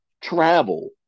travel